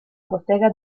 bottega